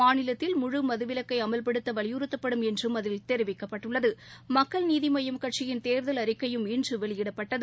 மாநிலத்தில் முழு மதுவிலக்கைஅமல்படுத்தவலியுறுத்தப்படும் என்றும் அதில் தெரிவிக்கப்பட்டுள்ளது தேர்தல் மக்கள் நீதிமையம் கட்சியின் அறிக்கையும் இன்றுவெளியிடப்பட்டது